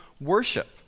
worship